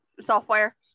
software